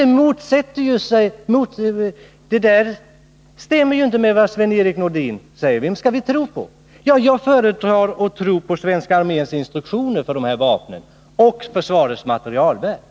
Det här stämmer inte med Sven-Erik Nordins resonemang. Vem skall vi tro på? sag föredrar att tro på svenska arméns instruktioner för de här vapnen och på försvarets materielverk.